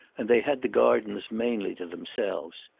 and they had the gardens mainly to themselves.